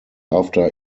after